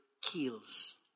kills